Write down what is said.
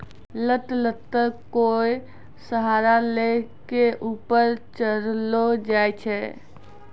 लत लत्तर कोय सहारा लै कॅ ऊपर चढ़ैलो जाय छै